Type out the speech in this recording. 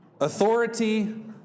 Authority